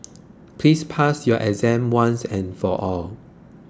please pass your exam once and for all